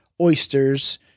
oysters